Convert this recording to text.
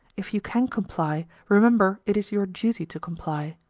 if you can comply, remember it is your duty to comply.